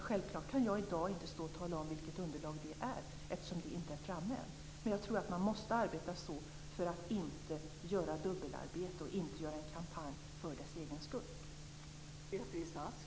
Jag kan inte stå här i dag och tala om vilket underlag det är, eftersom det inte är framme än. Jag tror att man måste arbeta så, för att inte göra ett dubbelarbete och inte göra en kampanj för dess egen skull.